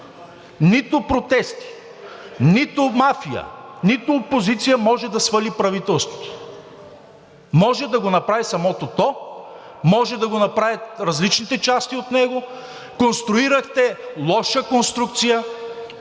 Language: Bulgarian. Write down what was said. Нито протест, нито мафия, нито опозиция може да свали правителството. Може да го направи самото то, може да го направят различните части от него. Конструирахте лоша конструкция,